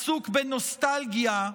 עסוק בנוסטלגיה,